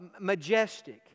majestic